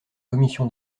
commission